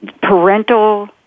parental